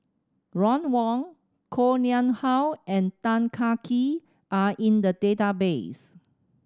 Ron Wong Koh Nguang How and Tan Kah Kee are in the database